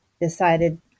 decided